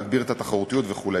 להגביר את התחרותיות וכו'.